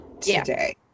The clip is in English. today